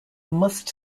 must